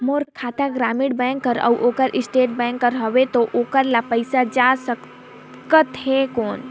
मोर खाता ग्रामीण बैंक कर अउ ओकर स्टेट बैंक कर हावेय तो ओकर ला पइसा जा सकत हे कौन?